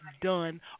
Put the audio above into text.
done